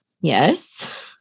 yes